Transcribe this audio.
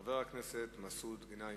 חבר הכנסת מסעוד גנאים,